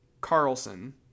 Carlson